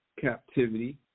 captivity